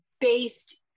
based